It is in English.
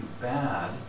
bad